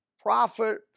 prophet